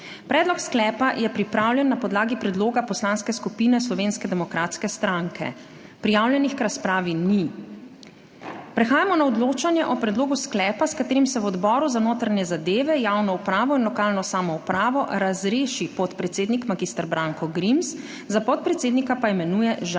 Predlog sklepa je pripravljen na podlagi predloga Poslanske skupine Slovenske demokratske stranke. Prijavljenih k razpravi ni. Prehajamo na odločanje o predlogu sklepa, s katerim se v Odboru za notranje zadeve, javno upravo in lokalno samoupravo razreši podpredsednik mag. Branko Grims, za podpredsednika pa imenuje Žan